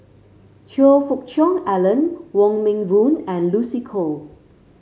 Choe Fook Cheong Alan Wong Meng Voon and Lucy Koh